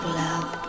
love